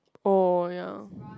oh ya